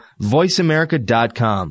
voiceamerica.com